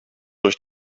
durch